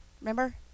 Remember